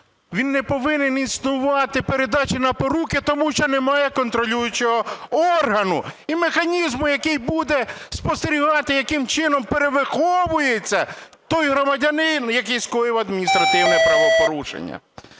він не повинен існувати, передачі на поруки, тому що немає контролюючого органу і механізму, який буде спостерігати, яким чином перевиховується той громадянин, який скоїв адміністративне правопорушення.